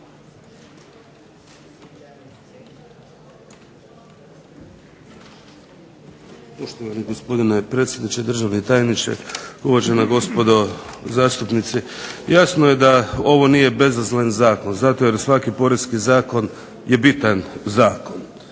Poštovani gospodine predsjedniče, državni tajniče, uvažena gospodo zastupnici. Jasno je da ovo nije bezazlen zakon. Zato jer svaki poreski zakon je bitan zakon.